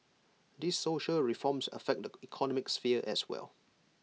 these social reforms affect the economic sphere as well